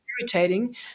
irritating